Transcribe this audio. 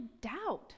doubt